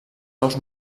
aus